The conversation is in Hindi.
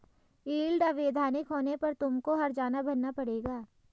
यील्ड अवैधानिक होने पर तुमको हरजाना भरना पड़ेगा